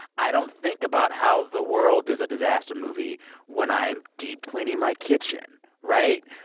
i don't think about how the world is a disaster movie when i am deep cleaning my kitchen, right?